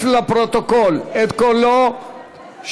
לפרוטוקול בלבד.